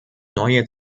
neue